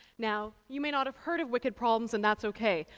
now, you may not have heard of wicked problems and that's ok,